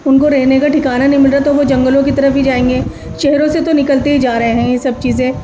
ان کو رہنے کا ٹھکانہ نہیں مل رہا تو وہ جنگلوں کی طرف ہی جائیں گے شہروں سے تو نکلتے ہی جا رہے ہیں یہ سب چیزیں